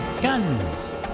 Guns